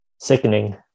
sickening